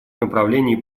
направлении